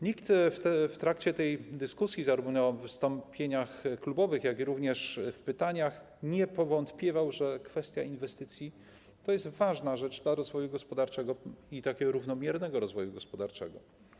Nikt w trakcie tej dyskusji, zarówno w wystąpieniach klubowych, jak i w pytaniach nie powątpiewał, że kwestia inwestycji to jest ważna rzecz dla rozwoju gospodarczego, i to równomiernego rozwoju gospodarczego.